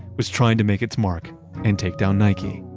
was trying to make its mark and take down nike.